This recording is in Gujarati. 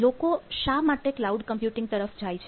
લોકો શા માટે ક્લાઉડ કમ્પ્યુટિંગ તરફ જાય છે